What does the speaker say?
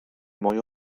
mwy